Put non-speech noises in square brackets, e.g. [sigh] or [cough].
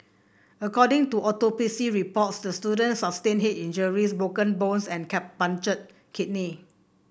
according to autopsy reports the student sustained head injuries broken bones and [unintelligible] a punctured kidney